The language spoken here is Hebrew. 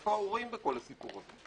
איפה ההורים בכל הסיפור הזה?